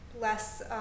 less